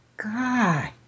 God